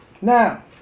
Now